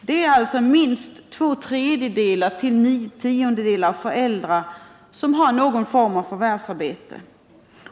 Det är alltså minst två tredjedelar till nio tiondelar av föräldrarna som har någon form av förvärvsarbete.